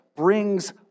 Brings